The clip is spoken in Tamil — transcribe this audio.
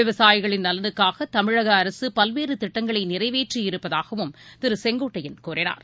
விவசாயிகளின் நலனுக்காகதமிழகஅரசுபல்வேறுதிட்டங்களைநிறைவேற்றியிருப்பதாகவும் திருசெங்கோட்டையன் கூறினார்